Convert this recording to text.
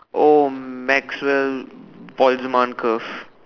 oh Maxwell-Boltzmann curve